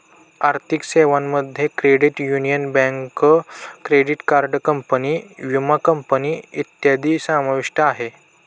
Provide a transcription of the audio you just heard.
आर्थिक सेवांमध्ये credit union, bank, credit card company, विमा कंपनी इत्यादी समाविष्ट आहे